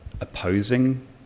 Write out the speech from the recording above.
opposing